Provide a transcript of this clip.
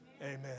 amen